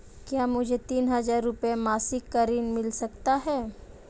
क्या मुझे तीन हज़ार रूपये मासिक का ऋण मिल सकता है?